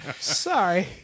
Sorry